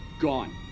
gone